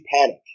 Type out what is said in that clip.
panic